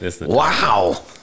Wow